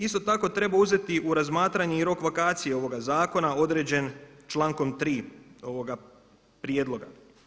Isto tako uzeti u razmatranje i rok vakacije ovoga zakona određen člankom 3. ovoga prijedloga.